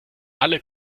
alle